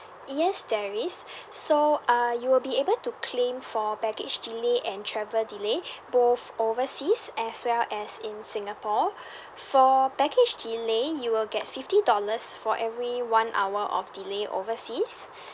yes there is so uh you will be able to claim for baggage delay and travel delay both overseas as well as in singapore for baggage delay you will get fifty dollars for every one hour of delay overseas